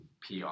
PR